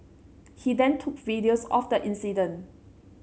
he then took videos of the incident